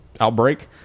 outbreak